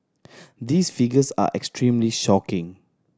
these figures are extremely shocking